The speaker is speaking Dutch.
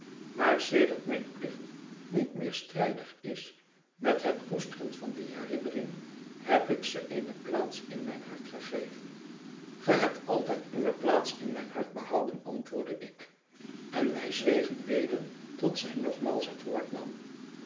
maar sedert mijn plicht niet meer strijdig is met het koesteren van die herinnering heb ik ze eene plaats in mijn hart gegeven a ge hebt altijd uwe plaats in mijn hart behouden antwoordde ik en wij zwegen weder tot zij nogmaals het woord nam